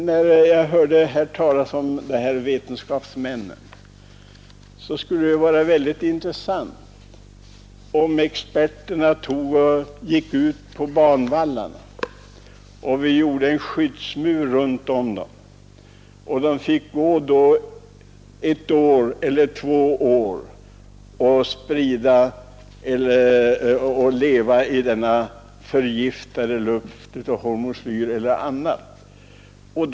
Med anledning av de uttalanden som gjorts från ”vetenskapsmän” i denna fråga vill jag säga, att det skulle vara mycket intressant om experterna själva ville gå ut på banvallarna bakom skyddsmurar under ett eller två år och sprida hormoslyr och andra växtbekämpningsmedel och leva i den härav förgiftade luften.